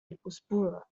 الأسبوع